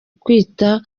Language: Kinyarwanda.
kwita